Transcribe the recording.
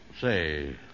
say